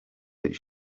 that